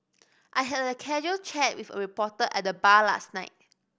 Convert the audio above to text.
I had a casual chat with a reporter at the bar last night